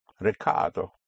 Ricardo